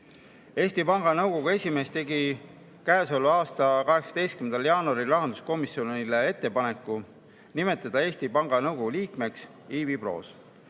Panga Nõukogu esimees tegi käesoleva aasta 18. jaanuaril rahanduskomisjonile ettepaneku nimetada Eesti Panga Nõukogu liikmeks Ivi Proos.